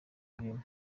mikino